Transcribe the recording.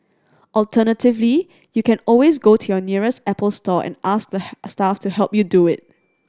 alternatively you can always go to your nearest Apple store and ask the staff to help you do it